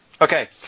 Okay